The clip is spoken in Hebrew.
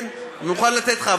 כן, אני מוכן לתת לך.